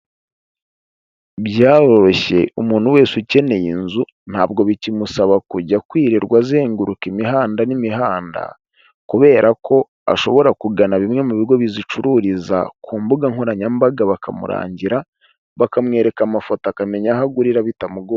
Byaroroshye umuntu wese ukeneye inzu ntabwo bikimusaba kujya kwirirwa azenguruka imihanda n'imihanda kubera ko ashobora kugana bimwe mu bigo bizicururiza ku mbuga nkoranyambaga bakamurangira bakamwereka amafoto akamenya aho agurira bitamugoye.